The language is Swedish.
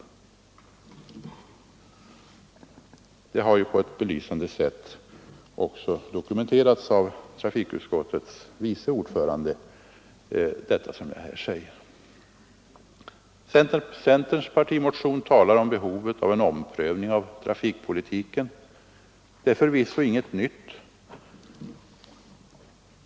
Vad jag har sagt här har på ett belysande sätt också dokumenterats av trafikutskottets vice ordförande. Centerns partimotion talar om behovet av en omprövning av trafikpolitiken. Det är förvisso inget nytt.